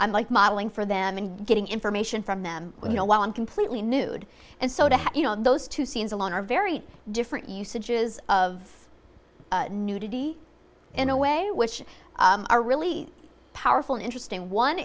i'm like modeling for them and getting information from them you know while i'm completely nude and so to have you know those two scenes alone are very different usages of nudity in a way which are really powerful interesting